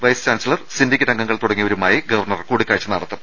vice chancellor syndicate അംഗങ്ങൾ തുടങ്ങിയവരുമായി governor കൂടിക്കാഴ്ച നടത്തും